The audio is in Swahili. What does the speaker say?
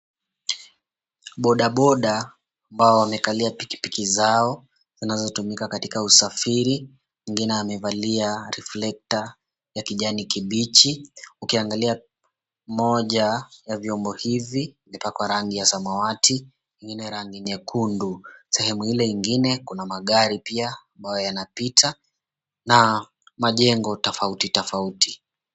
Bodaboda ambao wamekalia pikipiki zao zinazotumika katika usafiri, mwengine amevalia riflekta ya kijani kibichi. Ukiangalia moja ya vyombo hizi imepakwa rangi ya samawati, ingine rangi nyekundu. Sehemu ile ingine kuna magari pia ambayo yanapita na majengo tafauti tafauti.